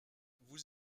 vous